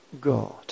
God